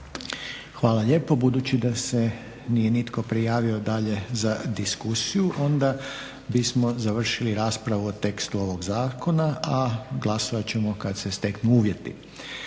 Hvala lijepo. Budući da se nitko nije prijavio dalje za diskusiju onda bismo završili raspravu o tekstu ovog zakona, a glasovat ćemo kada se steknu uvjeti.